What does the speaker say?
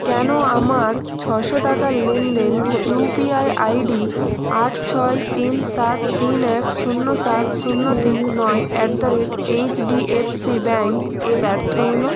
কেন আমার ছশো টাকার লেনদেন ইউপিআই আইডি আট ছয় তিন সাত তিন এক শূন্য সাত শূন্য তিন নয় at the rate HDFC bank এ ব্যর্থ হলো